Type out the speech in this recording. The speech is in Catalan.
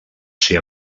ser